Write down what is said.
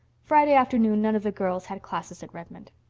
friday afternoon none of the girls had classes at redmond.